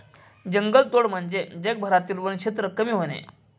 जंगलतोड म्हणजे जगभरातील वनक्षेत्र कमी होणे